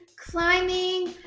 climbing,